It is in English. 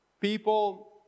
People